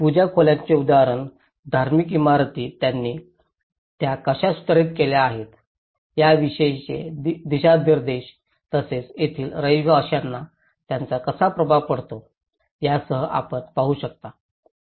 पूजा खोल्यांचे उदाहरण धार्मिक इमारती त्यांनी त्या कशा सुधारित केल्या आहेत याविषयीचे दिशानिर्देश तसेच तेथील रहिवाशांवर त्याचा कसा प्रभाव पडतो यासह आपण पाहू शकता